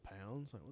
pounds